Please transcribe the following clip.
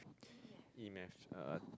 E math uh